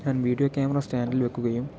ഞാൻ video camera സ്റ്റാന്റിൽ വെക്കുകയും